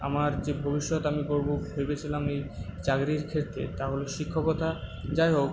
আমার যে ভবিষ্যৎ আমি গড়বো ভেবেছিলাম এই চাকরির ক্ষেত্রে তা হলো শিক্ষকতা যাইহোক